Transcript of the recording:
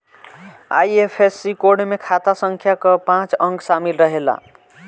IFSC code में खाता संख्या कअ पांच अंक शामिल रहेला